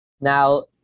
Now